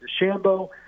DeChambeau